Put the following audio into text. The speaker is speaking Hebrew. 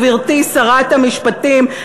גברתי שרת המשפטים,